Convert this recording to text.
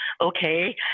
okay